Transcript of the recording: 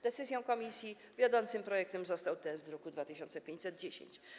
Decyzją komisji wiodącym projektem został ten z druku nr 2510.